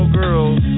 girls